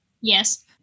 Yes